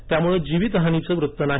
त्यामुळे जीवितहानीचं वृत्त नाही